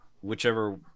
whichever